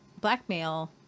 blackmail